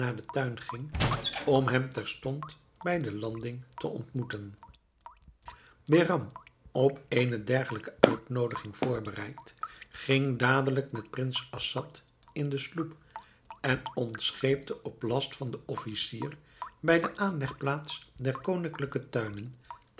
den tuin ging om hem terstond bij de landing te ontmoeten behram op eene dergelijke uitnoodiging voorbereid ging dadelijk met prins assad in de sloep en ontscheepte op last van den officier bij de aanlegplaats der koninklijke tuinen